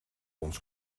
ons